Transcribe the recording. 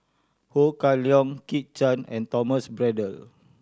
Ho Kah Leong Kit Chan and Thomas Braddell